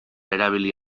erabili